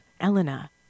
Elena